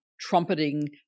trumpeting